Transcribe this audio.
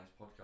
Podcast